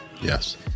Yes